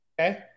okay